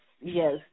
yes